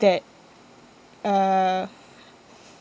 that uh